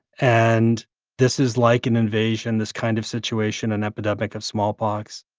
and this is like an invasion, this kind of situation, an epidemic of smallpox.